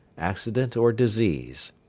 accident or disease.